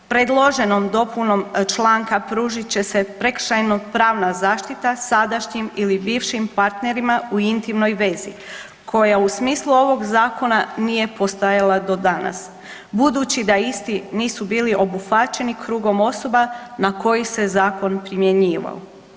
Predloženom dopunom članka pružit će se prekršajno-pravna zaštita sadašnjim ili bivšim partnerima u intimnoj vezi koja u smislu ovog zakona nije postojala do danas budući da isti nisu bili obuhvaćeni krugom osoba na koji se zakon primjenjivao.